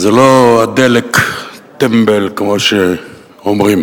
וזה לא הדלק, טמבל, כמו שאומרים,